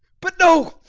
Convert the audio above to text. but no,